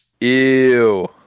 Ew